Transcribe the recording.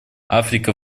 африка